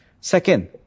Second